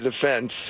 defense